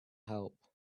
help